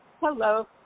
Hello